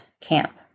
camp